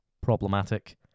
problematic